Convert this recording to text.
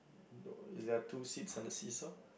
is there two seats on the see-saw